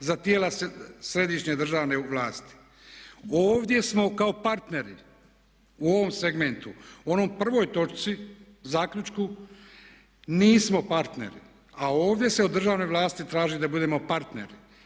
za tijela središnje državne vlasti. Ovdje smo kao partneri, u ovom segmentu, u onoj prvoj točci, zaključku nismo partneri a ovdje se od državne vlasti traži da budemo partneri